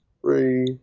Three